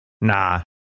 Nah